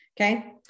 Okay